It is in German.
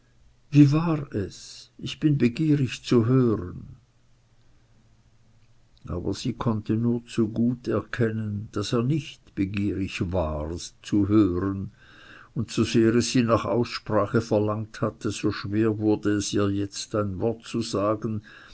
wie war es ich bin begierig zu hören aber sie konnte nur zu gut erkennen daß er nicht begierig war zu hören und so sehr es sie nach aussprache verlangt hatte so schwer wurd es ihr jetzt ein wort zu sagen